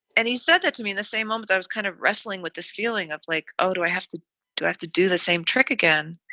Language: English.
and he said that to me in the same moment, i was kind of wrestling with this feeling of like, oh, do i have to do i have to do the same trick again?